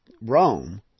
Rome